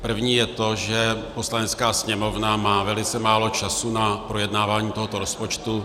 První je to, že Poslanecká sněmovna má velice málo času na projednávání tohoto rozpočtu.